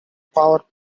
power